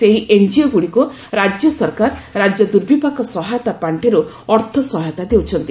ସେହି ଏନ୍କିଓଗୁଡ଼ିକୁ ରାଜ୍ୟ ସରକାର ରାଜ୍ୟ ଦୁର୍ବିପାକ ସହାୟତା ପାର୍ଷିରୁ ଅର୍ଥ ସହାୟତା ଦେଉଛନ୍ତି